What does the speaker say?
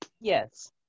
Yes